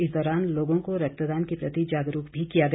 इस दौरान लोगों को रक्तदान के प्रति जागरूक भी किया गया